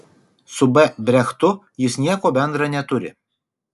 su b brechtu jis nieko bendra neturi